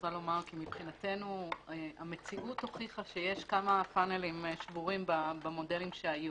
מבחינתנו המציאות החליטה שיש כמה פאנלים שבורים במודלים שהיו.